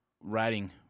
writing